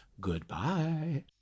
Goodbye